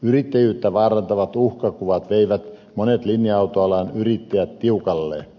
yrittäjyyttä vaarantavat uhkakuvat veivät monet linja autoalan yrittäjät tiukalle